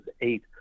eight